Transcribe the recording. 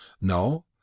No